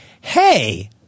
hey